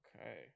okay